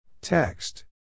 Text